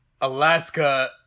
Alaska